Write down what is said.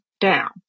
down